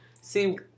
see